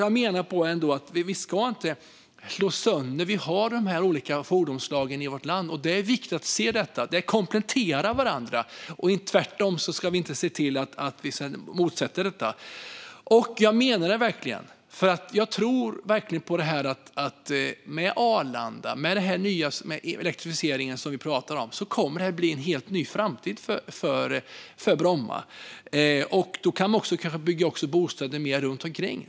Jag menar att vi inte ska slå sönder. Vi har dessa olika fordonsslag i vårt land, och det är viktigt att se att de kompletterar varandra. Vi ska inte ställa dem mot varandra. Det menar jag verkligen, för jag tror verkligen på detta med Bromma. Med den stora elektrifiering som vi pratar om kommer det att blir en helt ny framtid för Bromma. Då kan man kanske också bygga fler bostäder runt omkring.